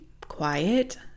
quiet